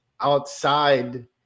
outside